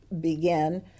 begin